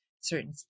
certain